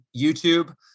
YouTube